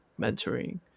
mentoring